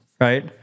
Right